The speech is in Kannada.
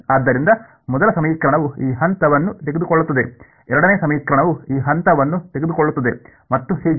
ಆದ್ದರಿಂದ ಮೊದಲ ಸಮೀಕರಣವು ಈ ಹಂತವನ್ನು ತೆಗೆದುಕೊಳ್ಳುತ್ತದೆ ಎರಡನೇ ಸಮೀಕರಣವು ಈ ಹಂತವನ್ನು ತೆಗೆದುಕೊಳ್ಳುತ್ತದೆ ಮತ್ತು ಹೀಗೆ